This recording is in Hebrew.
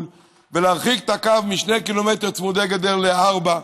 ולהרחיק את הקו מ-2 קילומטרים צמודי גדר ל-4,